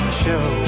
show